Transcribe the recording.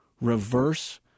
reverse